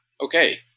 okay